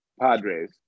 Padres